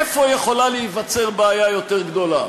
איפה יכולה להיווצר בעיה יותר גדולה?